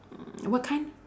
what kind